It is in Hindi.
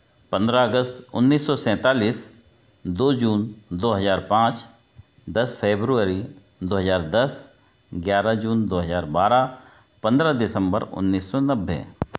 पंद्रह अगस्त एक हज़ार नौ सौ सैंतालीस दो जून दो हज़ार पाँच दस फेबवरी दो हज़ार दस ग्यारह जून दो हज़ार बारह पंद्रह दिसम्बर उन्नीस सौ नब्बे